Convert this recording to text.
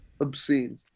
obscene